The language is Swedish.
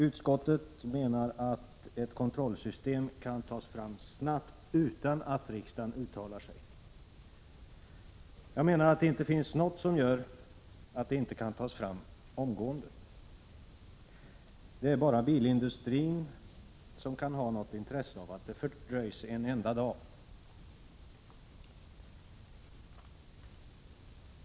Utskottet menar att ett kontrollsystem kan tas fram snabbt utan att riksdagen uttalar sig. Jag anser att det inte finns något som gör att det inte kan tas omgående. Det är bara bilindustrin som kan ha något intresse av att det fördröjs en enda dag.